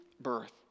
birth